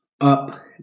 Up